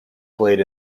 played